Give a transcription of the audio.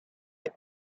ever